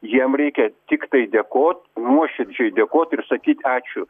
jiem reikia tiktai dėkot nuoširdžiai dėkot ir sakyt ačiū